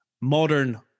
modern